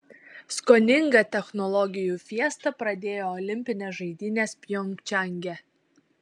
skoninga technologijų fiesta pradėjo olimpines žaidynes pjongčange